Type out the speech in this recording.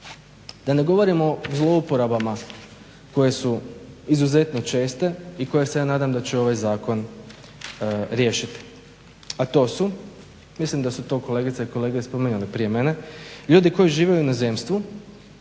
Da ne govorim o zlouporabama koje su izuzetno česte i koje se ja nadam da će ovaj zakon riješiti. A to su, mislim da su to kolegice i kolege spominjali prije mene, ljudi koji žive u inozemstvu